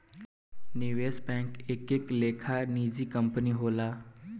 निवेश बैंक एक एक लेखा के निजी कंपनी होला